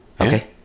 Okay